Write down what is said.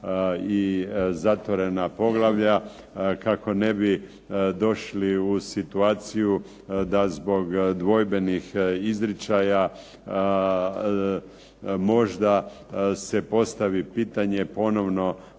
i zatvorena poglavlja kako ne bi došli u situaciju da zbog dvojbenih izričaja možda se postavi pitanje ponovnog